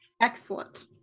Excellent